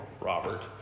Robert